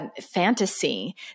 fantasy